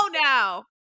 now